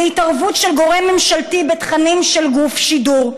להתערבות של גורם ממשלתי בתכנים של גוף שידור.